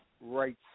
right